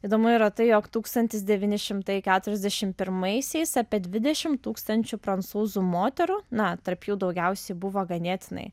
įdomu yra tai jog tūkstantis devyni šimtai keturiasdešim pirmaisiais apie dvidešim tūkstančių prancūzų moterų na tarp jų daugiausiai buvo ganėtinai